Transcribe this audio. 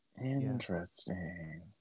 Interesting